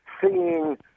seeing